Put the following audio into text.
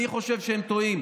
אני חושב שהם טועים.